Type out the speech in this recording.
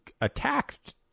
attacked